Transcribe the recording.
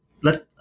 let